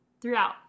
throughout